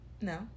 No